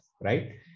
right